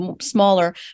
smaller